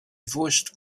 voiced